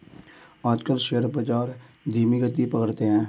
आजकल शेयर बाजार धीमी गति पकड़े हैं